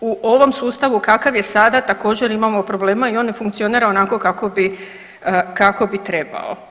u ovom sustavu kakav je sada, također, imamo problema i on ne funkcionira onako kako bi trebao.